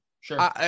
Sure